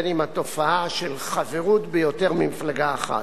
עם התופעה של חברות ביותר ממפלגה אחת.